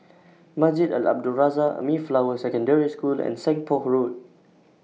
Masjid Al Abdul Razak Mayflower Secondary School and Seng Poh Road